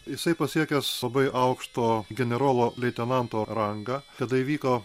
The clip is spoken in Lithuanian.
jisai pasiekęs labai aukšto generolo leitenanto rangą kada įvyko